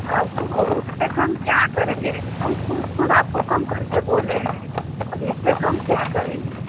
अब अब उससे कम क्या करेंगे हम ख़ुद आपको कम करके बोले हैं अब इससे कम क्या करेंगे